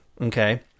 okay